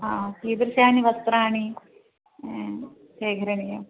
हा कीदृशानि वस्त्राणि स्वीकरणीयाम्